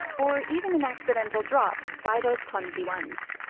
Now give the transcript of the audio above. or even an accidental drop by those clumsy ones.